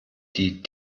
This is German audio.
die